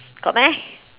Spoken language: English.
got meh